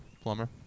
plumber